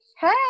hey